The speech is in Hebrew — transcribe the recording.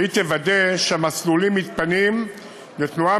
והיא תוודא שהמסלולים מתפנים לתנועה